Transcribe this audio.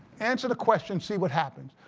answer the questions, see what happens.